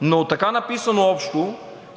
но така написано общо